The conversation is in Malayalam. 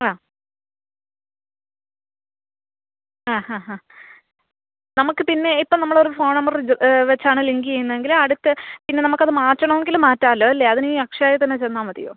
ആ ആ ഹാ ഹാ നമുക്ക് പിന്നെ ഇപ്പം നമ്മളൊരു ഫോൺ നമ്പറ് റിജ് വെച്ചാണ് ലിങ്ക് ചെയ്യുന്നതെങ്കിൽ അടുത്ത പിന്നെ നമുക്കത് മാറ്റണോങ്കിൽ മാറ്റാല്ലോ അല്ലേ അതിനീ അക്ഷയായി തന്നെ ചെന്നാൽ മതിയോ